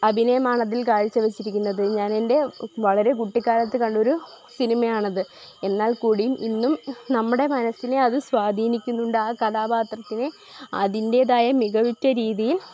അഭിനയമാണ് അതിൽ കാഴ്ചവെച്ചിരിക്കുന്നത് ഞാൻ എൻ്റെ വളരെ കുട്ടിക്കാലത്ത് കണ്ടൊരു സിനിമ ആണ് അത് എന്നാൽ കൂടിയും ഇന്നും നമ്മുടെ മനസ്സിനെ അത് സ്വാധീനിക്കുന്നുണ്ട് ആ കഥാപാത്രത്തിനെ അതിൻറേതായ മികവുറ്റ രീതിയിൽ